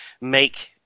make